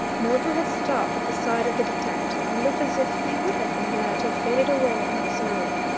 milburgh had stopped at the sight of the detective, and looked as if he would have been glad to have faded away unobserved.